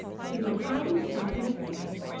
he would hide himself in a thicket,